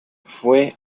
fue